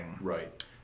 Right